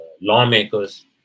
lawmakers